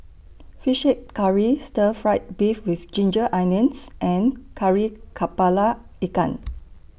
Fish Head Curry Stir Fry Beef with Ginger Onions and Kari Kepala Ikan